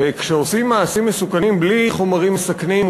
וכשעושים מעשים מסוכנים בלי חומרים מסכנים,